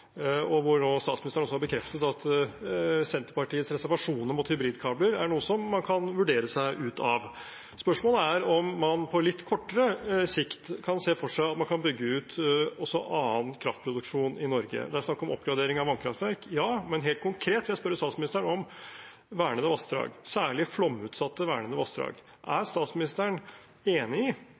og hvor nå statsministeren har bekreftet at Senterpartiets reservasjoner mot hybridkabler er noe man kan vurdere seg ut av. Spørsmålet er om man på litt kortere sikt kan se for seg at man kan bygge ut også annen kraftproduksjon i Norge. Det er snakk om oppgradering av vannkraftverk – ja. Men helt konkret vil jeg spørre statsministeren om vernede vassdrag, særlig flomutsatte vernede vassdrag. Er statsministeren enig i